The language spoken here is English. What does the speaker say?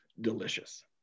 Delicious